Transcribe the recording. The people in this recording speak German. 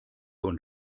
und